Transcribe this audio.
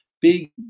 Big